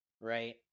right